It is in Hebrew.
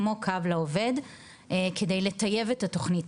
כמו "קו לעובד" כדי לטייב את התוכנית